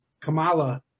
kamala